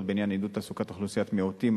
בעניין עידוד תעסוקת אוכלוסיית מיעוטים,